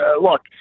look